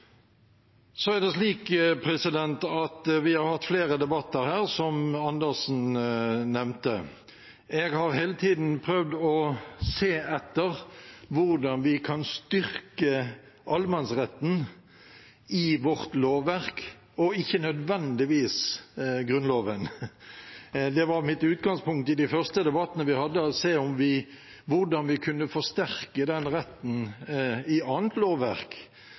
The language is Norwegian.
Vi har hatt flere debatter her, som representanten Andersen nevnte. Jeg har hele tiden prøvd å se etter hvordan vi kan styrke allemannsretten i vårt lovverk – og ikke nødvendigvis Grunnloven. Det var mitt utgangspunkt i de første debattene vi hadde, å se hvordan vi kunne forsterke den retten i annet lovverk.